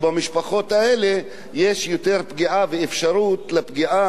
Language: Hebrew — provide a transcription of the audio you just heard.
יש יותר פגיעה ואפשרות לפגיעה של סרטן השד